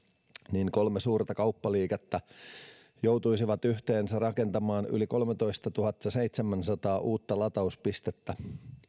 niin kolme suurta kauppaliikettä joutuisivat yhteensä rakentamaan yli kolmetoistatuhattaseitsemänsataa uutta latauspistettä